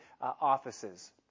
offices